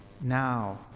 now